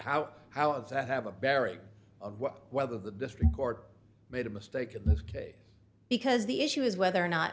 how how is that have a bearing of what whether the district court made a mistake in this case because the issue is whether or not